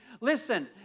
Listen